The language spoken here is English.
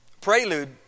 prelude